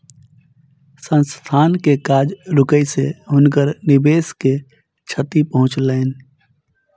संस्थान के काज रुकै से हुनकर निवेश के क्षति पहुँचलैन